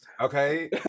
Okay